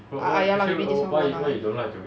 ah ah ya lah maybe this [one] won't lah